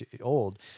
old